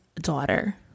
daughter